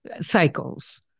cycles